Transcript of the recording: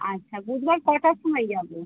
আচ্ছা বুধবার কটার সময় যাবো